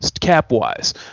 cap-wise